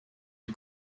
you